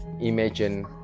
imagine